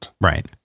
Right